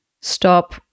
stop